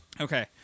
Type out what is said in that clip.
Okay